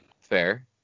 Fair